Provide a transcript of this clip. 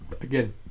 again